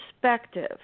perspective